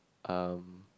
um